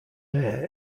air